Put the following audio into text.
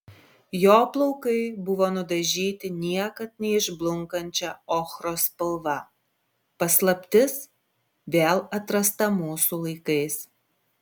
jo plaukai buvo nudažyti niekad neišblunkančia ochros spalva paslaptis vėl atrasta mūsų laikais